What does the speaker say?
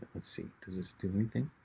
let's see does this do anything?